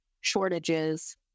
shortages